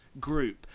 group